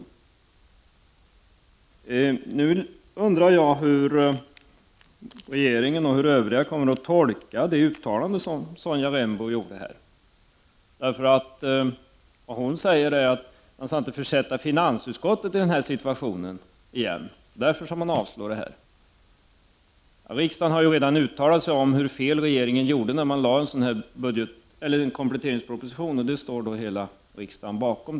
Nu undrar jag hur regeringen och övriga kommer att tolka Sonja Rembos uttalande. Hon säger ju att man inte skall försätta finansutskottet i den här situationen igen. Därför skall riksdagen avslå hemställan. Riksdagen har ju redan uttalat sig om hur fel regeringen gjorde när den framlade kompletteringspropositionen. Det fördömandet står ju hela riksdagen bakom.